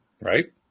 Right